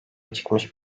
çıkmış